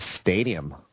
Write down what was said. stadium